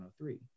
103